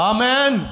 Amen